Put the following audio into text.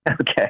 Okay